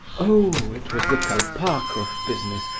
oh! it was the kolpakoff business,